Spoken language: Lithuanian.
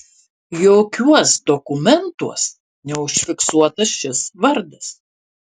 jokiuos dokumentuos neužfiksuotas šis vardas